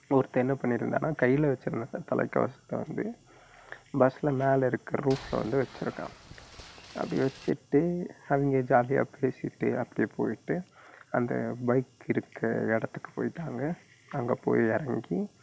ஒருத்தன் என்ன பண்ணியிருந்தானா கையில் வச்சுருந்த தலைக்கவசத்தை வந்து பஸ்ஸில் மேலே இருக்க ரூஃப்பில் வந்து வெச்சுருக்கான் அப்படி வச்சுட்டு அவங்க ஜாலியாக பேசிவிட்டு அப்டியே போய்ட்டு அந்த பைக்கு இருக்க இடத்துக்கு போய்ட்டாங்க அங்கே போய் இறங்கி